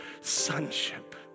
sonship